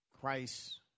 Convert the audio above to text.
Christ